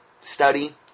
study